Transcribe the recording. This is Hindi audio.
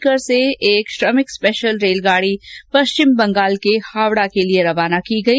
सीकर से एक श्रमिक स्पेशल रेलगाडी पश्चिमी बंगाल के हावडा के लिए रवाना की गई